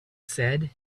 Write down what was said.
said